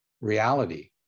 reality